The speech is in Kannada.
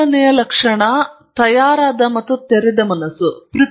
ನಿಮಗೆ ಅಗತ್ಯವಿರುವ ಮೊದಲನೆಯದು ತಯಾರಾದ ಮತ್ತು ತೆರೆದ ಮನಸ್ಸು